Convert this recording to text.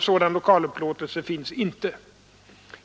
sådan lokalupplåtelse finns inte.